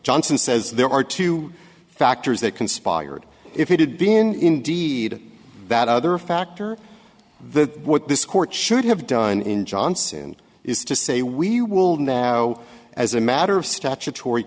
johnson says there are two factors that conspired if it had been indeed that other factor the what this court should have done in johnson is to say we will now as a matter of statutory